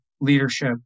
leadership